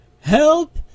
Help